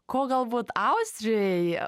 ko galbūt austrijoj